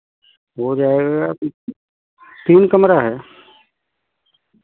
हो जाएगा अभी तीन कमरा है